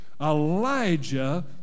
Elijah